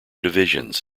divisions